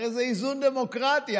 הרי זה איזון דמוקרטי.